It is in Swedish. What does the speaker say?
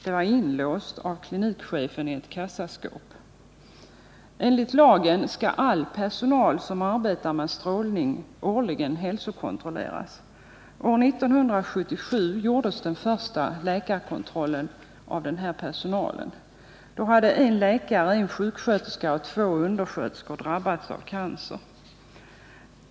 Det var av klinikchefen inlåst i ett kassaskåp. Enligt lagen skall all personal som arbetar med strålning årligen hälsokontrolleras. År 1977 gjordes den första läkarkontrollen av den här personalen. Då hade en läkare, en sjuksköterska och två undersköterskor drabbats av cancer.